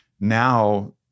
now